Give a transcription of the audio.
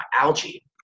algae